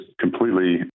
completely